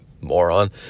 Moron